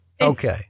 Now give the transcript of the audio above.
Okay